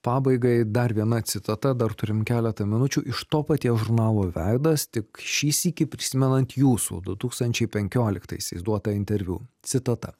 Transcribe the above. pabaigai dar viena citata dar turim keletą minučių iš to paties žurnalo veidas tik šį sykį prisimenant jūsų du tūkstančiai penkioliktaisiais duotą interviu citata